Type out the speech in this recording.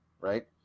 right